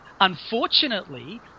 unfortunately